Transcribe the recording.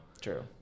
True